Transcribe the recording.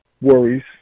worries